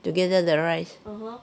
together 的 right